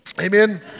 Amen